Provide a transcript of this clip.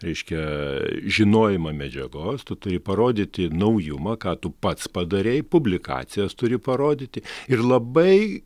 reiškia žinojimą medžiagos tu turi parodyti naujumą ką tu pats padarei publikacijas turi parodyti ir labai